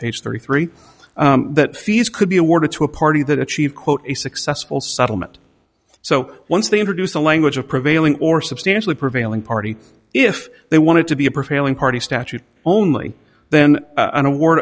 page thirty three that fees could be awarded to a party that achieved quote a successful settlement so once they introduce the language of prevailing or substantially prevailing party if they wanted to be a profile in party statute only then an award